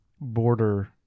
border